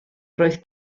roedd